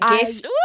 gift